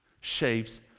shapes